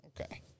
Okay